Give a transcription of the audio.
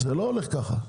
זה לא הולך ככה.